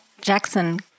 Jackson